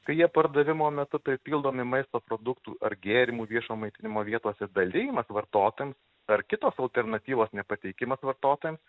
kai jie pardavimo metu pripildomi maisto produktų ar gėrimų viešo maitinimo vietose dalijimas vartotojams ar kitos alternatyvos nepateikimas vartotojams